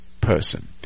person